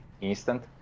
instant